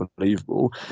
unbelievable